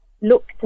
looked